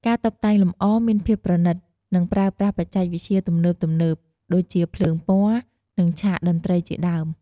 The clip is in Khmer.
ការតុបតែងលម្អមានភាពប្រណីត និងប្រើប្រាស់បច្ចេកវិទ្យាទំនើបៗ ដូចជាភ្លើងពណ៌ និងឆាកតន្ត្រីជាដើម។